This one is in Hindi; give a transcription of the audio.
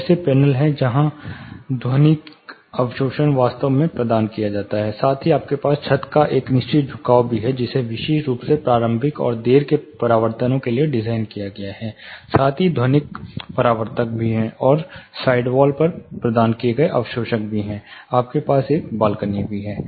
ऐसे पैनल हैं जहां ध्वनिक अवशोषण वास्तव में प्रदान किया जाता है साथ ही आपके पास छत का एक निश्चित झुकाव भी है जिसे विशेष रूप से प्रारंभिक और देर के परावर्तन के लिए डिज़ाइन किया गया है साथ ही ध्वनिक परावर्तक भी हैं और साइडवॉल पर प्रदान किए गए अवशोषक आपके पास एक बालकनी भी है